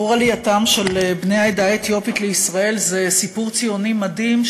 סיפור עלייתם של בני העדה האתיופית לישראל הוא סיפור ציוני מדהים,